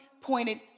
pointed